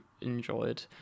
enjoyed